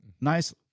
nice